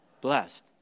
Blessed